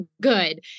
good